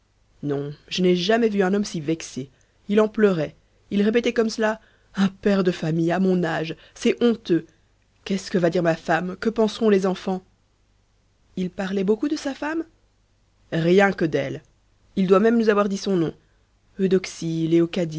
non je n'ai jamais vu un homme si vexé il en pleurait il répétait comme cela un père de famille à mon âge c'est honteux qu'est-ce que va dire ma femme que penseront les enfants il parlait beaucoup de sa femme rien que d'elle il doit même nous avoir dit son nom